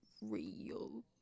real